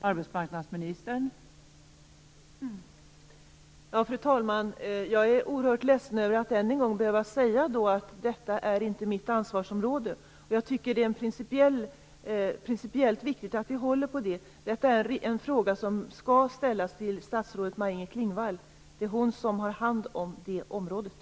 Fru talman! Jag är oerhört ledsen över att än en gång behöva säga att detta inte är mitt ansvarsområde. Jag tycker att det är principiellt viktigt att vi håller på det. Detta är en fråga som skall ställas till statsrådet Maj-Inger Klingvall. Det är hon som har hand om det området.